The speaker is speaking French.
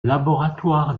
laboratoire